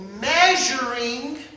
measuring